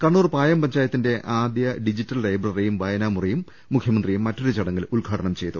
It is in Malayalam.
കണ്ണൂർ പായം പഞ്ചായത്തിന്റെ ആദ്യ ഡിജിറ്റൽ ലൈബ്രറിയും വായനാമുറിയും മുഖ്യമന്ത്രി മറ്റൊരു ചടങ്ങിൽ ഉദ്ഘാടനം ചെയ്തു